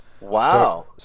Wow